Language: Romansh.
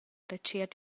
retschiert